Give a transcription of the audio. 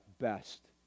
best